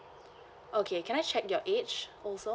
okay can I check your age also